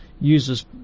uses